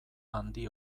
handi